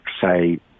say